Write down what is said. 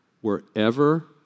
Wherever